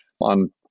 on